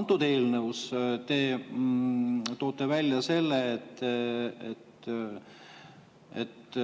Antud eelnõus te toote välja selle, et